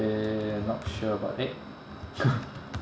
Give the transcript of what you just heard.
eh not sure but eh